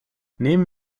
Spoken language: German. nehmen